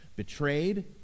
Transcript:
Betrayed